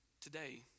today